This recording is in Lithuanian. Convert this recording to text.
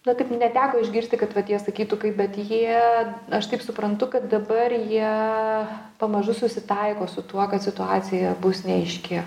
na taip neteko išgirsti kad vat jie sakytų kaip bet jie aš taip suprantu kad dabar jie pamažu susitaiko su tuo kad situacija bus neaiški